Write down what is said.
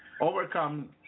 overcome